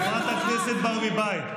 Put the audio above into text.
חברת הכנסת ברביבאי.